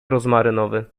rozmarynowy